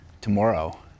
tomorrow